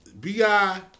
Bi